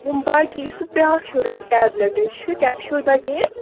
یِم باقٕے یُس سُہ بیٛاکھ ہیٚوٗ رٮ۪ڈ ٹیبلِٹ چھِ کیپشوٗل بَغیر